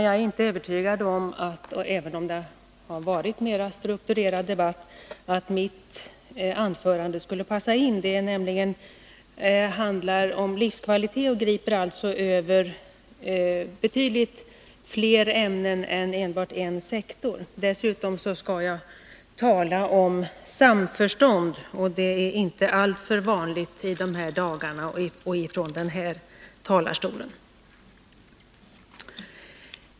Jag är inte övertygad om att mitt anförande skulle ha passat in även om debatten hade varit mer strukturerad. Det handlar nämligen om livskvalitet och griper alltså över betydligt fler ämnen än enbart en sektor. Dessutom skall jag tala om samförstånd, och det är inte alltför vanligt i de här dagarna och från den här talarstolen.